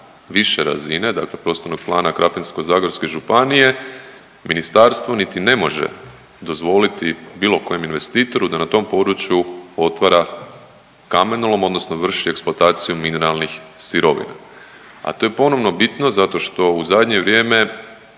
više razine dakle prostornog plana Krapinsko-zagorske županije ministarstvo niti ne može dozvoliti bilo kojem investitoru da na tom području otvara kamenolom odnosno vrši eksploataciju mineralnih sirovina. A to je ponovno bitno zašto što u zadnje vrijeme